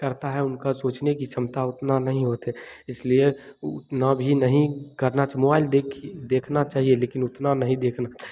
करता है उनका सोंचने कि क्षमता उतनी नहीं होती इसलिए उतना भी नहीं करना मोबाइल देखिए मोबाइल देखना चाहिए लेकिन उतना नहीं देखना चाहिए